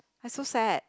I so sad